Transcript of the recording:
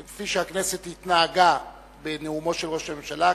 כפי שהכנסת התנהגה בנאומו של ראש הממשלה,